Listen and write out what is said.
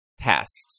tasks